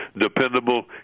dependable